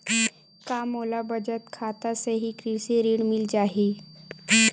का मोला बचत खाता से ही कृषि ऋण मिल जाहि?